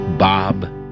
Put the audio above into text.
Bob